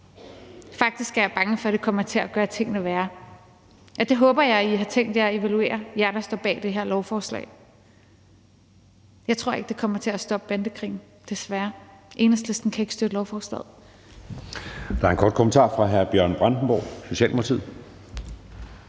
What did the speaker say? Faktisk er jeg bange for, at det kommer til at gøre tingene værre. Jeg håber, at I, der står bag det her lovforslag, har tænkt jer at evaluere det. Jeg tror ikke, at det kommer til at stoppe bandekrigen, desværre. Enhedslisten kan ikke støtte lovforslaget.